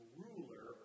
ruler